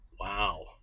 Wow